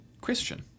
Christian